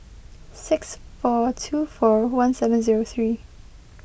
six four two four one seven zero three